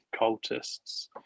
cultists